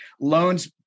Loans